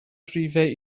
rhifau